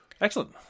Excellent